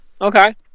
Okay